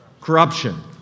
corruption